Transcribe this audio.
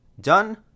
Done